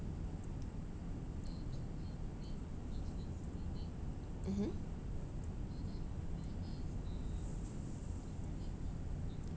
mmhmm